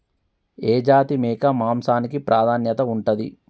ఏ జాతి మేక మాంసానికి ప్రాధాన్యత ఉంటది?